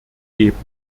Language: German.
geben